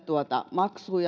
maksuun